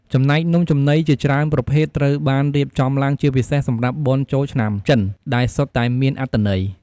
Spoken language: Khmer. ចំណែក នំចំណីជាច្រើនប្រភេទត្រូវបានរៀបចំឡើងជាពិសេសសម្រាប់បុណ្យចូលឆ្នាំចិន ដែលសុទ្ធតែមានអត្ថន័យ។